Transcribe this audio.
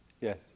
Yes